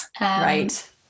Right